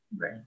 Right